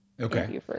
Okay